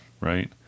right